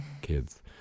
kids